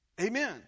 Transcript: amen